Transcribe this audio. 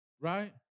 right